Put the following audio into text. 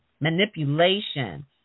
manipulation